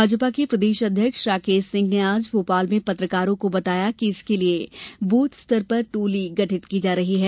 भाजपा के प्रदेश अध्यक्ष राकेश सिंह ने आज भोपाल में पत्रकारों को बताया कि इसके लिए बूथ स्तर पर टोली गठित की जा रही है